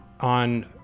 on